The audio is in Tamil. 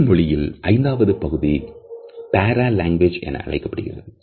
உடல் மொழியில் ஐந்தாவது பகுதி பாரா லாங்குவேஜ் என அறியப்படுகிறது